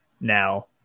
now